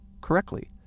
correctly